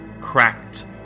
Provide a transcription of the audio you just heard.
cracked